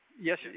yes